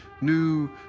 new